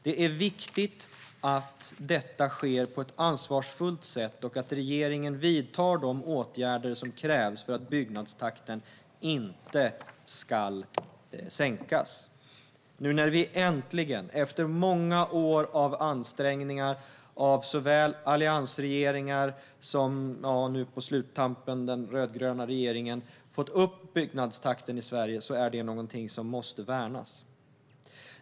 Det är viktigt att detta sker på ett ansvarsfullt sätt och att regeringen vidtar de åtgärder som krävs för att byggnadstakten inte ska sänkas. Nu när vi äntligen, efter många år av ansträngningar av såväl alliansregeringar som nu på sluttampen den rödgröna regeringen, fått upp byggnadstakten i Sverige är det något som måste värnas.